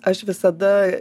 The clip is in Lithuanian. aš visada